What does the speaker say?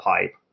pipe